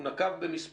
הוא נקב במספר,